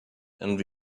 and